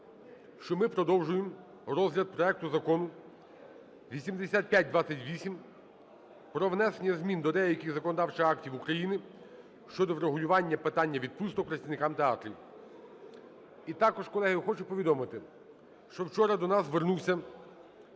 що ми продовжуємо розгляд проекту Закону (8528) про внесення змін до деяких законодавчих актів України щодо врегулювання питання відпусток працівників театрів. І також, колеги, хочу повідомити, що вчора до нас звернувся